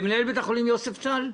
מנהל בית החולים יוספטל,